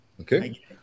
Okay